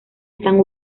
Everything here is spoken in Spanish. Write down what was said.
están